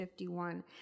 51